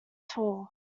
tall